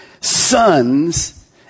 sons